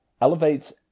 elevates